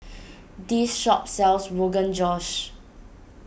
this shop sells Rogan Josh